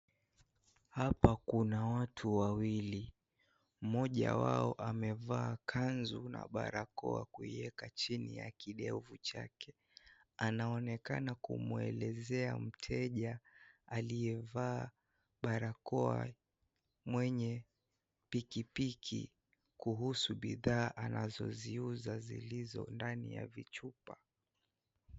Hapa kuna watu wawili, mmoja wao amevaa kanzu na barakoa kuieka chini ya kidevu chake. Anaonekana kumwelezea mteja aliyevaa barakoa mwenye pikipiki kuhusu bidhaa anazoziuza zilizo ndani ya vichupa.